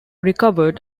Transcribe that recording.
recovered